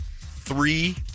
three